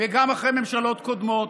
וגם אחרי ממשלות קודמות,